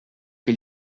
che